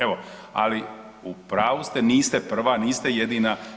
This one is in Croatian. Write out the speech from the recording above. Evo, ali u pravu ste niste prva, niste jedina.